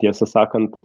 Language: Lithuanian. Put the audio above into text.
tiesą sakant